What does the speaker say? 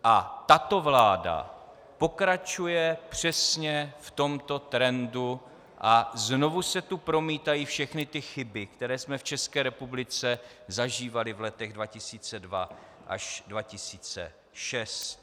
A tato vláda pokračuje přesně v tomto trendu a znovu se tu promítají všechny chyby, které jsme České republice zažívali v letech 2002 až 2006.